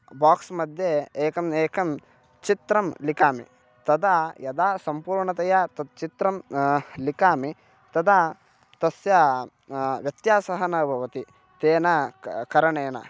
box मध्ये एकम् एकं चित्रं लिखामि तदा यदा सम्पूर्णतया तद् चित्रं लिखामि तदा तस्य व्यत्यासः न भवति तेन किं करणेन